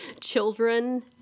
children